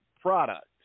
product